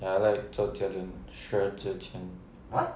ya I like 周杰伦薛之谦